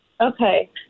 Okay